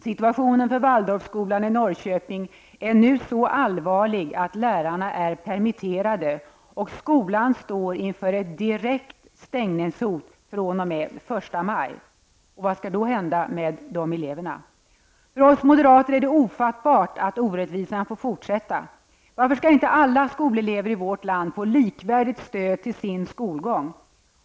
Situationen för Waldorfskolan i Norrköping är nu så allvarlig att lärarna är permitterade och skolan står inför ett direkt stängningshot den 1 maj. Vad skall då hända med eleverna? För oss moderater är det ofattbart att orättvisan får fortsätta. Varför skall inte alla skolelever i vårt land få likvärdigt stöd till sin skolgång?